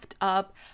up